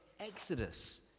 exodus